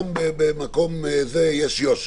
גם במקום הזה יש יושר.